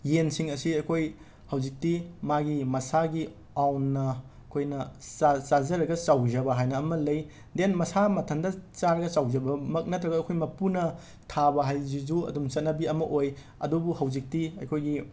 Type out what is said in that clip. ꯌꯦꯟꯁꯤꯡ ꯑꯁꯤ ꯑꯩꯈꯣꯏ ꯍꯧꯖꯤꯛꯇꯤ ꯃꯥꯒꯤ ꯃꯁꯥꯒꯤ ꯑꯥꯎꯟꯅ ꯑꯩꯈꯣꯏꯅ ꯆꯥ ꯆꯥꯖꯔꯒ ꯆꯥꯎꯖꯕ ꯍꯥꯏꯅ ꯑꯃ ꯂꯩ ꯗꯦꯟ ꯃꯁꯥ ꯃꯊꯟꯇ ꯆꯥꯔꯒ ꯆꯥꯎꯖꯕꯃꯛ ꯅꯠꯇ꯭ꯔꯒ ꯑꯩꯈꯣꯏ ꯃꯄꯨꯅ ꯊꯥꯕ ꯍꯥꯏꯖꯤꯖꯨ ꯑꯗꯨꯝ ꯆꯠꯅꯕꯤ ꯑꯃ ꯑꯣꯏ ꯑꯗꯨꯕꯨ ꯍꯧꯖꯤꯛꯇꯤ ꯑꯩꯈꯣꯏꯒꯤ